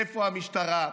איפה המשטרה?